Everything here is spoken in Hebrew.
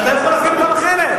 אתה יכול להפעיל אותם אחרת.